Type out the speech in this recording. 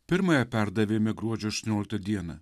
pirmąją perdavėme gruodžio aštuonioliktą dieną